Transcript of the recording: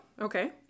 Okay